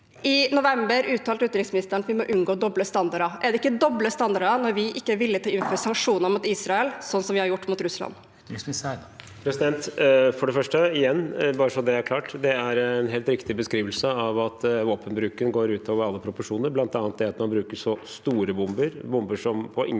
I november uttalte utenriksministeren at vi må unngå doble standarder. Er det ikke doble standarder når vi ikke er villige til å inngå sanksjoner mot Israel, slik vi har gjort mot Russland? Utenriksminister Espen Barth Eide For det første: Bare så det er klart, det er en helt riktig beskrivelse av at våpenbruken går utover alle proporsjoner, bl.a. det at man bruker så store bomber, bomber som på ingen måte